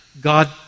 God